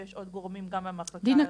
ויש עוד גורמים גם במחלקה --- דינה,